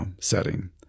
setting